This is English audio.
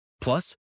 Plus